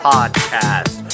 Podcast